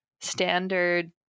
standard